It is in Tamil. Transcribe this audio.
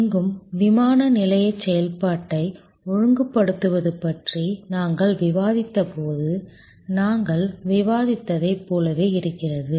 இங்கும் விமான நிலையச் செயல்பாட்டை ஒழுங்குபடுத்துவது பற்றி நாங்கள் விவாதித்தபோது நாங்கள் விவாதித்ததைப் போலவே இருக்கிறது